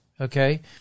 Okay